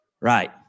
Right